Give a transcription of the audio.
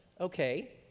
okay